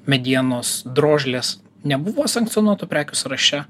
medienos drožlės nebuvo sankcionuotų prekių sąraše